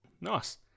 Nice